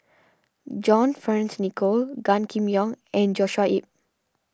John Fearns Nicoll Gan Kim Yong and Joshua Ip